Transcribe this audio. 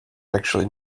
actually